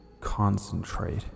concentrate